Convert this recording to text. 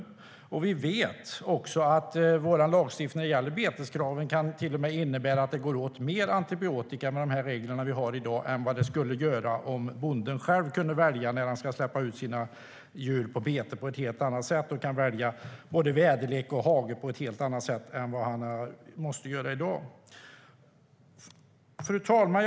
Vi vet att vår lagstiftning och de regler vi i dag har när det gäller beteskraven till och med kan innebära att det går åt mer antibiotika än det skulle göra om bonden själv kunde välja när han ska släppa ut sina djur på bete och om han kunde välja både väderlek och hage på ett helt annat sätt än han måste göra i dag.